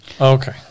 Okay